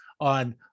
on